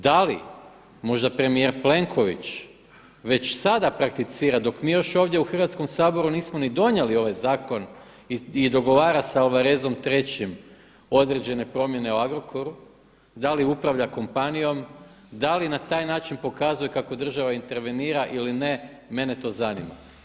Da li možda premijer Plenković već sada prakticira dok mi još ovdje u Hrvatskom saboru nismo ni donijeli ovaj zakon i dogovara sa Alvarezom III određene promjene u Agrokoru, da li upravlja kompanijom, da li na taj način pokazuje kako država intervenira ili ne mene to zanima.